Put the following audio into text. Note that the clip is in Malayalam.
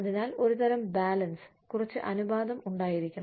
അതിനാൽ ഒരുതരം ബാലൻസ് കുറച്ച് അനുപാതം ഉണ്ടായിരിക്കണം